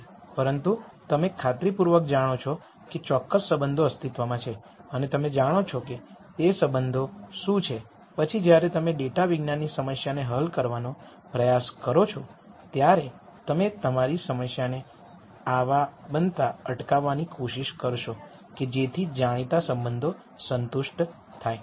પરંતુ તમે ખાતરીપૂર્વક જાણો છો કે ચોક્કસ સંબંધો અસ્તિત્વમાં છે અને તમે જાણો છો કે તે સંબંધો શું છે પછી જ્યારે તમે ડેટાવિજ્ઞાનની સમસ્યાને હલ કરવાનો પ્રયાસ કરો છો ત્યારે તમે તમારી સમસ્યાને આવા બનતા અટકાવવાની કોશિશ કરશો કે જેથી જાણીતા સંબંધો સંતુષ્ટ થાય